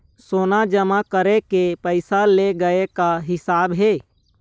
सोना जमा करके पैसा ले गए का हिसाब हे?